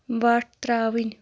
وۄٹھ ترٛاوٕنۍ